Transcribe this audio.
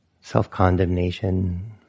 self-condemnation